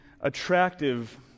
attractive